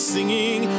Singing